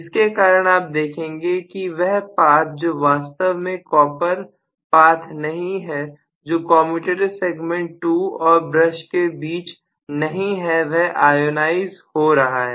जिसके कारण आप देखेंगे कि वह पाथ जो वास्तव में कॉपर पाथ नहीं है जो कॉमेंटेटर सेगमेंट 2 और ब्रश के बीच नहीं है वह आयोनाइस हो रहा है